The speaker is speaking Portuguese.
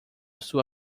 sua